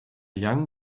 young